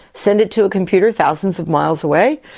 send it to a computer thousands of miles away.